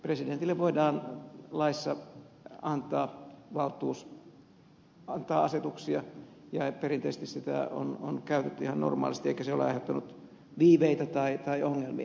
presidentille voidaan laissa antaa valtuus antaa asetuksia ja perinteisesti sitä on käytetty ihan normaalisti eikä se ole aiheuttanut viiveitä tai ongelmia